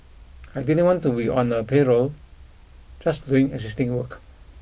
I didn't want to be on a payroll just doing existing work